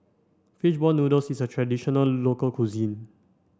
fish ball noodles is a traditional local cuisine